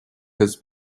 has